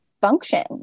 function